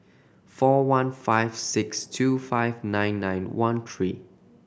four one five six two five nine nine one three